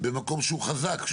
במקום שהוא חזק.